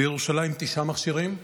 בירושלים יש תשעה מכשירים ובדרום,